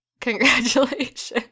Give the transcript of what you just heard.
congratulations